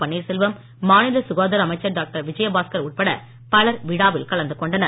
பன்னீர்செல்வம் மாநில சுகாதார அமைச்சர் டாக்டர் விஜயபாஸ்கர் உட்பட பலர் விழாவில் கலந்து கொண்டனர்